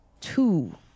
two